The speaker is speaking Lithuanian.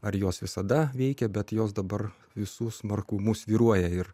ar jos visada veikė bet jos dabar visu smarkumu svyruoja ir